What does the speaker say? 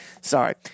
sorry